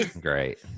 Great